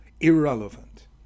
irrelevant